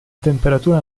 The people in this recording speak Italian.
temperatura